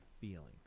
feeling